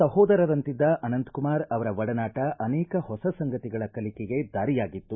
ಸಹೋದರರಂತಿದ್ದ ಅನಂತಕುಮಾರ್ ಅವರ ಒಡನಾಟ ಅನೇಕ ಹೊಸ ಸಂಗತಿಗಳ ಕಲಿಕೆಗೆ ದಾರಿಯಾಗಿತ್ತು